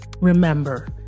Remember